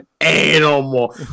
animal